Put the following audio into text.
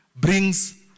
brings